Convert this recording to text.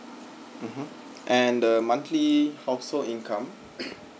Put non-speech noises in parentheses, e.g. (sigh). mmhmm and the monthly household income (coughs)